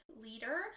leader